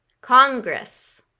Congress